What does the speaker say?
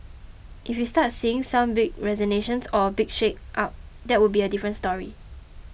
if we start seeing some big resignations or big shake up that would be a different story